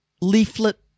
leaflet